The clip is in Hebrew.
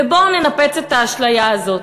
ובואו ננפץ את האשליה הזאת: